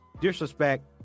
disrespect